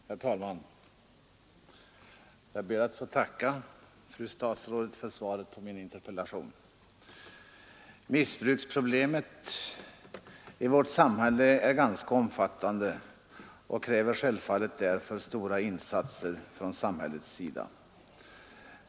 Herr talman! Jag ber att få tacka fru statsrådet för svaret på min interpellation. Narkotikaproblemet i vårt samhälle är omfattande och kräver själv fallet därför stora insatser från samhällets sida.